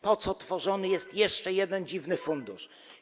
Po co tworzony jest jeszcze jeden, dziwny fundusz?